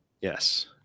Yes